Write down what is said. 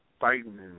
fighting